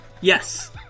Yes